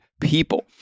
people